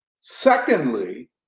secondly